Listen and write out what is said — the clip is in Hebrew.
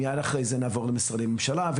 מייד אחרי זה נעבור למשרדי הממשלה.